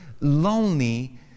lonely